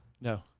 no